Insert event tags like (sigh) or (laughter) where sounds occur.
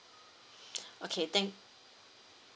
(breath) okay thank